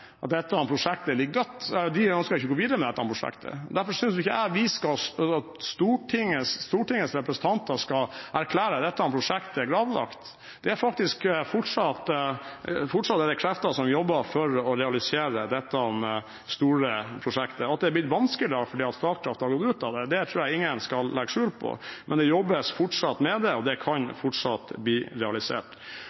dette prosjektet ligger dødt, at de ikke ønsker å gå videre med prosjektet. Derfor synes ikke jeg at Stortingets representanter skal erklære dette prosjektet gravlagt. Det er faktisk fortsatt en del krefter som jobber for å realisere dette store prosjektet. At det har blitt vanskeligere fordi Statkraft har gått ut av det, tror jeg ingen skal legge skjul på, men det jobbes fortsatt med det, og det kan fortsatt bli realisert.